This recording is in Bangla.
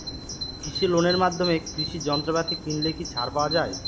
কৃষি লোনের মাধ্যমে কৃষি যন্ত্রপাতি কিনলে কি ছাড় পাওয়া যায়?